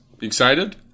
Excited